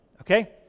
okay